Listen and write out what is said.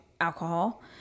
alcohol